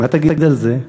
מה תגיד על זה?